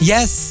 Yes